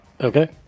Okay